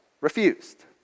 refused